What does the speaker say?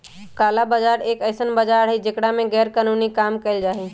काला बाजार एक ऐसन बाजार हई जेकरा में गैरकानूनी काम कइल जाहई